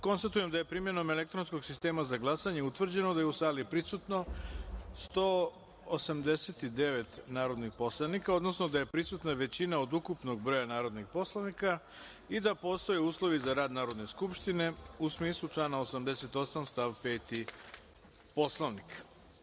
Konstatujem da je primenom elektronskog sistema za glasanje utvrđeno da je u sali prisutno 189 narodnih poslanika, odnosno da je prisutna većina od ukupnog broja narodnih poslanika i da postoje uslovi za rad Narodne skupštine, u smislu člana 88. stav 5. Poslovnika.